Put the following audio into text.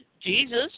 Jesus